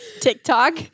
TikTok